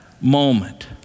moment